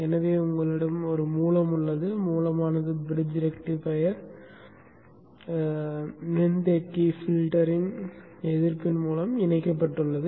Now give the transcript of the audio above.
எனவே உங்களிடம் ஆதாரம் உள்ளது மூலமானது பிரிட்ஜ் ரெக்டிஃபையர் மின்தேக்கி பில்டர்யின் எதிர்ப்பின் மூலம் இணைக்கப்பட்டுள்ளது